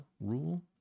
rule